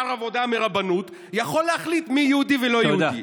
עבודה מהרבנות יכול להחליט מי יהודי ומי לא יהודי.